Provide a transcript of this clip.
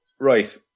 right